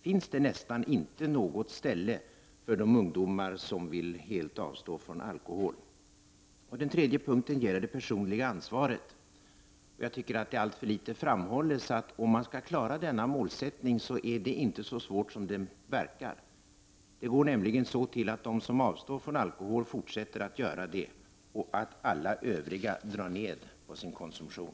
finns det nästan inte något ställe för de ungdomar som helt vill avstå från alkohol. Den tredje synpunkten gäller det personliga ansvaret. Jag tycker att det alltför litet framhålls att det inte är så svårt som det verkar att klara denna målsättning. Det går nämligen så till att de som avstår från alkohol fortsätter att göra det och att alla övriga drar ned sin konsumtion.